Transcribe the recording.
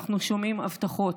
אנחנו שומעים הבטחות,